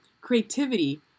creativity